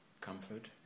comfort